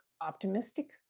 Optimistic